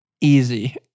easy